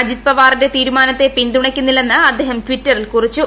അജിത് പവാറിന്റെ തീരുമാനത്തെ പിന്തുണയ്ക്കുന്നില്ലെന്ന് അദ്ദേം ട്വീറ്ററിൽ കുറിച്ചു